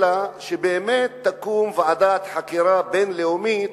אלא שבאמת תקום ועדת חקירה בין-לאומית.